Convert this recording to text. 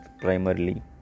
primarily